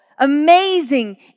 amazing